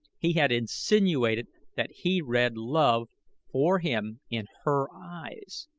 he had insinuated that he read love for him in her eyes.